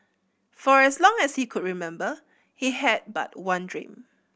for as long as he could remember he had but one dream